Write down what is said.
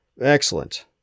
Excellent